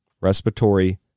respiratory